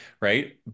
right